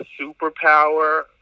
superpower